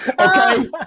Okay